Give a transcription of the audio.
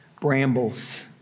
brambles